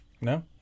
No